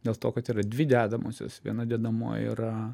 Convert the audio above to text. dėl to kad yra dvi dedamosios viena dedamoji yra